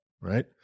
Right